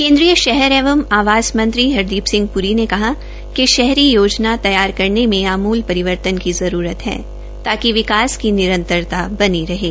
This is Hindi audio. केन्द्रीय शहरी एवं आवास मामलों बारे मंत्री हरदीप सिह प्री ने कहा है कि शहरी योजना तैयार करने में आमूल परिवर्तन की जरूरत है ताकि विकास की निरंतरता बनी रहें